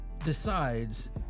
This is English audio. Decides